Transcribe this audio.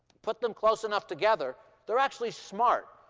put them close enough together, they're actually smart.